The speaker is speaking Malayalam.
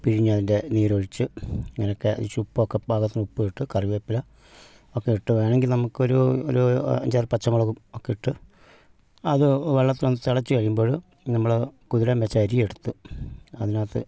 പിഴിഞ്ഞതിൻ്റെ നീരൊഴിച്ച് ഇങ്ങനെയൊക്കെ ശ്ശി ഉപ്പൊക്കെ പാകത്തിന് ഉപ്പ് ഇട്ട് കറിവേപ്പില ഒക്കെ ഇട്ട് വേണമെങ്കിൽ നമുക്കൊരു ഒരു അഞ്ചാറ് പച്ചമുളകും ഒക്കെ ഇട്ട് അത് വെള്ളത്തിൽ ഒന്ന് തിളച്ച് കഴിയുമ്പോൾ നമ്മൾ കുതിരാൻ വെച്ച അരിയെടുത്ത് അതിനകത്ത്